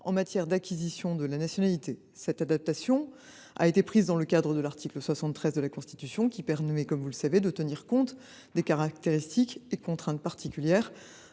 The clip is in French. en matière d’acquisition de la nationalité. Cette adaptation a été prise dans le cadre de l’article 73 de la Constitution, qui permet de tenir compte des caractéristiques et contraintes particulières